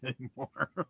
anymore